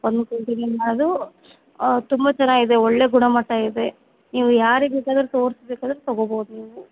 ಒಂದು ಕ್ವಾಲ್ಟಿನೆ ಮಾರೋದು ತುಂಬ ಚೆನ್ನಾಗಿದೆ ಒಳ್ಳೆ ಗುಣ ಮಟ್ಟ ಇದೆ ನೀವು ಯಾರಿಗೆ ಬೇಕಾದರು ತೋರಿಸಿ ಬೇಕಾದರು ತಗೊಬೌದು ನೀವು